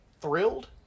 thrilled